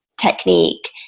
technique